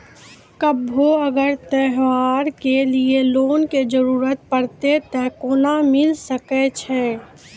कभो अगर त्योहार के लिए लोन के जरूरत परतै तऽ केना मिल सकै छै?